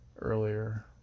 earlier